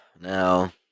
Now